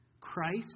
Christ